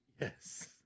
Yes